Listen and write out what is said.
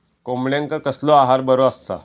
कोंबड्यांका कसलो आहार बरो असता?